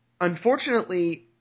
Unfortunately